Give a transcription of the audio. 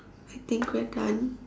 I think we're done